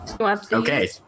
Okay